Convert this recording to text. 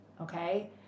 okay